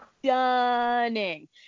stunning